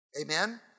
Amen